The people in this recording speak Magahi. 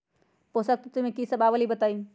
पोषक तत्व म की सब आबलई बताई?